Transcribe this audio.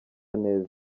neza